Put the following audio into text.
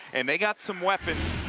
and they've got some weapons,